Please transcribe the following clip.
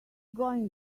going